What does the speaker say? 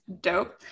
dope